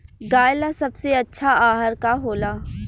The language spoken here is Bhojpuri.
गाय ला सबसे अच्छा आहार का होला?